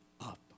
up